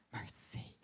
mercy